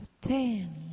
ten